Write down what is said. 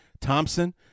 Thompson